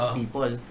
people